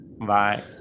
Bye